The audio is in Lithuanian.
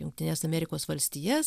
jungtines amerikos valstijas